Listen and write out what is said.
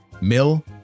Mill